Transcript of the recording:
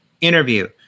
interview